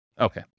Okay